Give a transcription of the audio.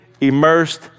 immersed